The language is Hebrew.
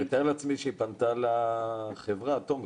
--- אני מתאר לעצמי שהיא פנתה לחברת תומקס.